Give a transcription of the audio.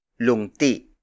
Lungti